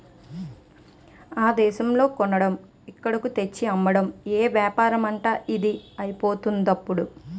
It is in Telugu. ఆ దేశంలో కొనడం ఇక్కడకు తెచ్చి అమ్మడం ఏపారమంటే ఇదే అయిపోయిందిప్పుడు